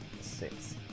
Six